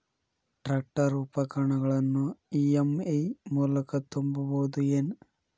Tractor ಉಪಕರಣಗಳನ್ನು EMI ಮೂಲಕ ತುಂಬಬಹುದ ಏನ್?